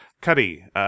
Cuddy